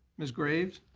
ms. graves.